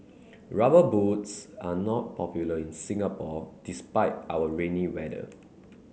rubber boots are not popular in Singapore despite our rainy weather